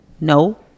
No